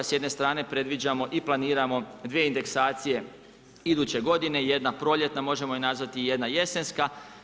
S jedne strane predviđamo i planiramo dvije indeksacije iduće godine, jedna proljetna možemo je nazvati i jedna jesenska.